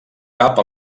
cap